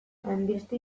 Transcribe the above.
hainbeste